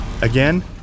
Again